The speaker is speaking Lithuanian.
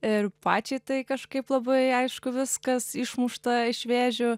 ir pačiai tai kažkaip labai aišku viskas išmušta iš vėžių